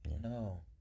No